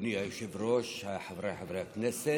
אדוני היושב-ראש, חבריי חברי הכנסת,